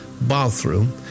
bathroom